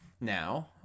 Now